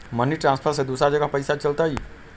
Money transfer से दूसरा जगह पईसा चलतई?